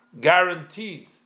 guaranteed